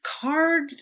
card